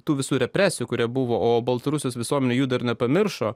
tų visų represijų kuria buvo o baltarusijos visuomenių jų dar nepamiršo